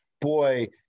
Boy